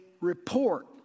report